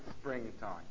springtime